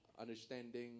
understanding